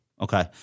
okay